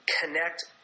connect